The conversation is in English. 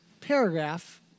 paragraph